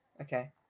Okay